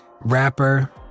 rapper